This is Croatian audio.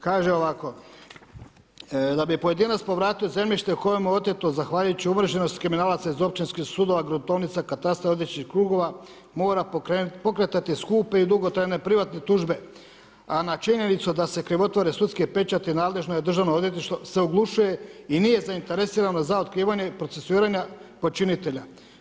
Kaže ovako: „da bi pojedinac povratio zemljište koje mu je oteto zahvaljujući umreženosti kriminalaca iz općinskih sudova, gruntovnica, katastra … krugova mora pokretati skupe i dugotrajne privatne tužbe, a na činjenicu da se krivotvore sudski pečati nadležno je državno odvjetništvo se oglušuje i nije zainteresirano za otkrivanje procesuiranja počinitelja.